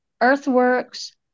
Earthworks